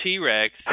T-Rex